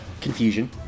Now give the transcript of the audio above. confusion